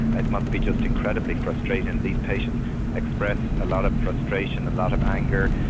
and must be just incredibly frustrating. and these patients express a lot of frustration, a lot of anger,